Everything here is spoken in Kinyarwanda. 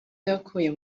yakuye